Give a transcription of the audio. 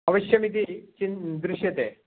अवश्यमिति चिन्त् दृश्यते